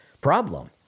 problem